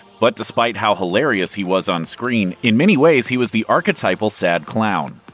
but despite how hilarious he was on screen, in many ways he was the archetypal sad clown.